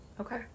Okay